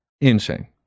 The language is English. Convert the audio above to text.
insane